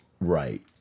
right